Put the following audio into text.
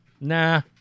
nah